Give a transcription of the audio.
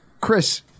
Chris